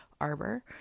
arbor